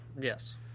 Yes